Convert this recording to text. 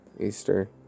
Easter